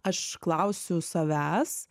aš klausiu savęs